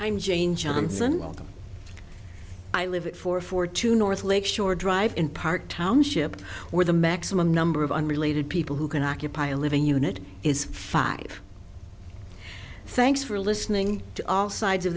i'm jane johnson i live it for four to north lake shore drive in part township where the maximum number of unrelated people who can occupy a living unit is five thanks for listening to all sides of